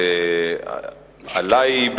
עלי,